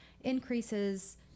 increases